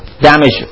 damage